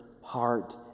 heart